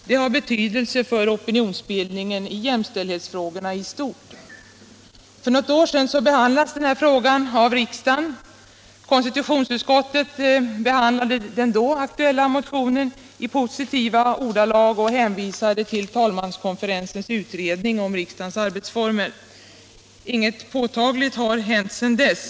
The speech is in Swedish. Det har betydelse för opinionsbildningen i jämställdhetsfrågorna i stort. För något år sedan behandlades den här frågan av riksdagen. Konstitutionsutskottet behandlade den då aktuella motionen i positiva ordalag och hänvisade till talmanskonferensens utredning om riksdagens arbetsformer. Ingenting påtagligt har hänt sedan dess.